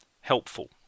helpful